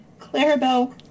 Clarabelle